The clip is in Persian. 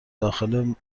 داخل